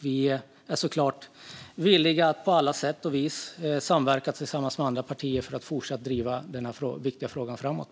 Vi är såklart villiga att på alla sätt och vis samverka med andra partier för att fortsatt driva den här viktiga frågan framåt.